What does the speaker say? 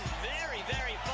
very, very